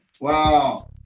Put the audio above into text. Wow